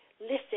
Listen